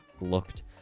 looked